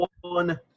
one